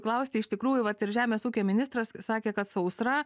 klausti iš tikrųjų vat ir žemės ūkio ministras sakė kad sausra